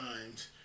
times